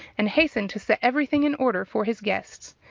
and hastened to set everything in order for his guests.